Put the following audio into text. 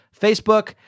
Facebook